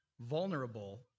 vulnerable